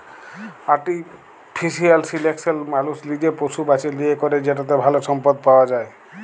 artificial selection মালুস লিজে পশু বাছে লিয়ে ক্যরে যেটতে ভাল সম্পদ পাউয়া যায়